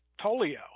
Tolio